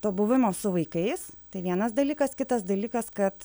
to buvimo su vaikais tai vienas dalykas kitas dalykas kad